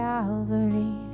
Calvary